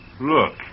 Look